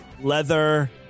leather